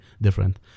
different